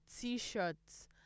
t-shirts